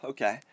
Okay